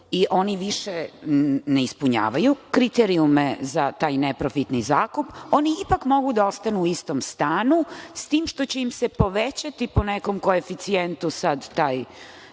i oni više ne ispunjavaju kriterijume za taj neprofitni zakup, oni ipak mogu da ostanu u istom stanu, s tim što će im se povećati po nekom koeficijentu sad taj